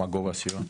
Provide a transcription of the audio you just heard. מה הוא גובה הסיוע?